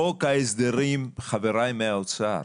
חוק ההסדרים, חבריי מהאוצר,